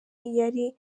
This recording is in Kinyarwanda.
yari